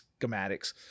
schematics